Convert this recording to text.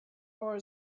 our